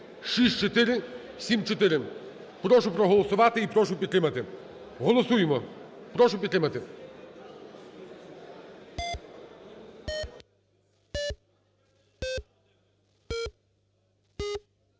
Прошу проголосувати і прошу підтримати. Голосуємо, прошу підтримати.